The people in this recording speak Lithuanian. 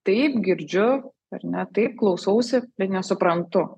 taip girdžiu ar ne taip klausausi bet nesuprantu